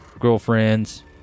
girlfriends